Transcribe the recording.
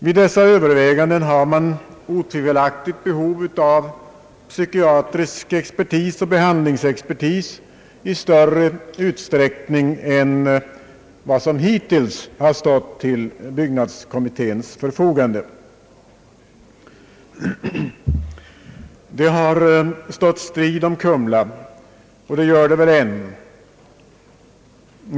Vid dessa överväganden har man otvivelaktigt behov av psykiatrisk expertis och behandlingsexpertis i större utsträckning än vad som hittills stått till byggnadskommitténs förfogande. Det har stått strid om Kumla och gör det väl än.